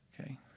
Okay